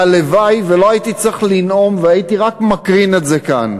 והלוואי שלא הייתי צריך לנאום והייתי רק מקרין את זה כאן,